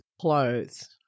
Clothes